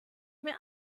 mir